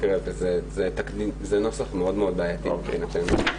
זה נוסח מאוד מאוד בעייתי מבחינתנו.